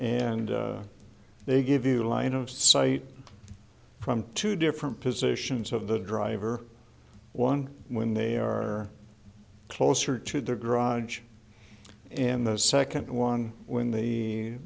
and they give you a line of sight from two different positions of the driver one when they are closer to the garage and the second one when the